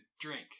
drink